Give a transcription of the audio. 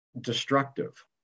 destructive